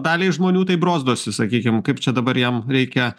daliai žmonių tai brozdosi sakykim kaip čia dabar jam reikia